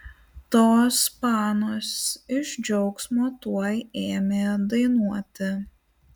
tos panos iš džiaugsmo tuoj ėmė dainuoti